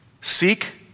Seek